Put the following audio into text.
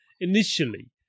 initially